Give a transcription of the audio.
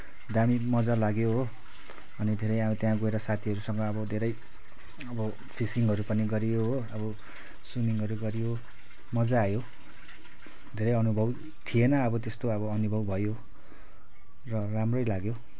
दामी मजा लाग्यो हो अनि धेरै अब त्यहाँ गएर साथीहरूसँग अब धेरै अब फिसिङहरू पनि गरियो हो अब स्विमिङहरू गरियो मजा आयो धेरै अनुभव थिएन अब त्यस्तो अब अनुभव भयो र राम्रै लाग्यो